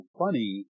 funny